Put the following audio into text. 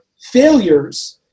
failures –